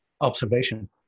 observation